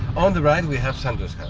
on the right, we have sandra's